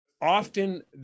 often